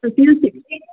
P U C